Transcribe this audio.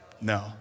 No